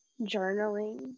journaling